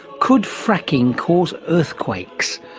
could fracking cause earthquakes?